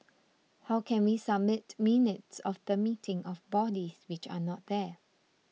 how can we submit minutes of the meeting of bodies which are not there